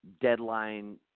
deadline